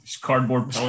cardboard